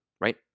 right